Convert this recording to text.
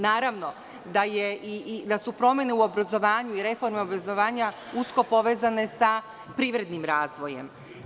Naravno da su promene u obrazovanju i reforme obrazovanja usko povezane sa privrednim razvojem.